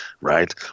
right